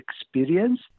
experience